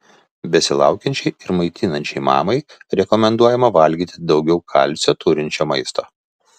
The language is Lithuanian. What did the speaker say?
besilaukiančiai ir maitinančiai mamai rekomenduojama valgyti daugiau kalcio turinčio maisto